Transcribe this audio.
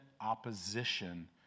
opposition